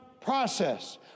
process